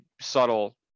subtle